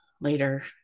later